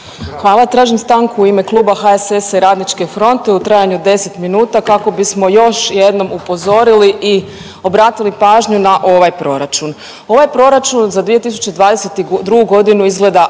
Hvala. Tražim stanku u ime Kluba HSS-a i Radničke fronte u trajanju od 10 minuta kako bismo još jednom upozorili i obratili pažnju na ovaj proračun. Ovaj proračun za 2022. godinu izgleda